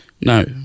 No